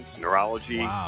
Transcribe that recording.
neurology